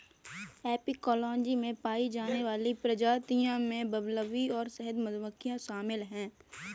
apicology में पाई जाने वाली प्रजातियों में बंबलबी और शहद मधुमक्खियां शामिल हैं